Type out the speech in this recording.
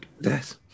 Yes